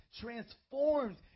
transformed